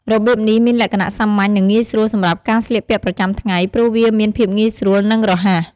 របៀបនេះមានលក្ខណៈសាមញ្ញ និងងាយស្រួលសម្រាប់ការស្លៀកពាក់ប្រចាំថ្ងៃ ព្រោះវាមានភាពងាយស្រួល និងរហ័ស។